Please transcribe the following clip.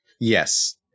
Yes